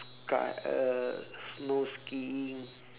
sky err snow skiing